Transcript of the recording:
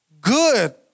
Good